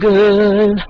good